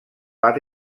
pas